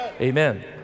Amen